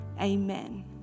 amen